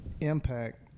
impact